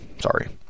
Sorry